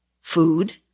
food